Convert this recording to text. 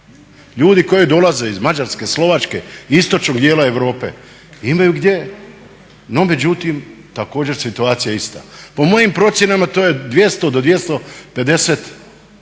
Ljudi koji dolaze iz Mađarske, Slovačke, istočnog dijela Europe imaju gdje, no međutim, također situacija ista. Po mojim procjenama to je 200 do 250